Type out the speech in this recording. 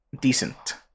decent